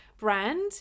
brand